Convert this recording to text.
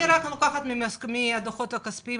אני לוקחת רק מהדוחות הכספיים.